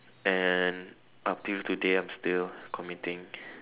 and up till today I'm still committing